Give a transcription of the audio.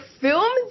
film